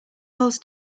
rolls